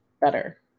better